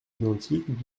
identiques